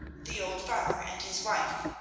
the old farmer and his wife.